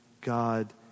God